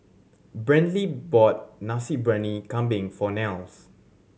Brantley bought Nasi Briyani Kambing for Nels